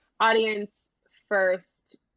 audience-first